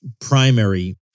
primary